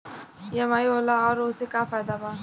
EMI का होला और ओसे का फायदा बा?